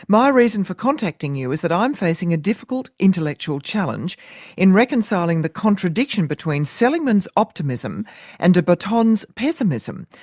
my reason for contacting you is that i'm facing a difficult intellectual challenge in reconciling the contradiction between seligman's optimism and de botton's pessimism.